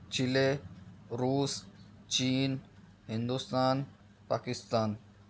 چیلے روس چین ہندوستان پاکستان